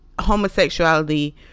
homosexuality